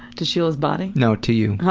to sheila's body? no, to you.